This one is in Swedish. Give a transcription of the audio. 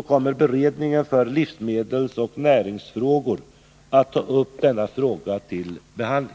tar beredningen för livsmedelsoch näringsfrågor upp frågan till behandling.